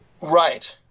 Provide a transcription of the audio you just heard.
Right